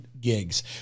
gigs